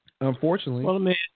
Unfortunately